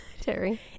terry